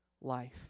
life